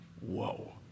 Whoa